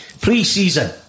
pre-season